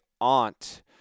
Aunt